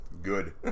good